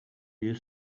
you